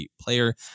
player